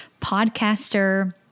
podcaster